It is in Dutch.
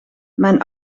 mijn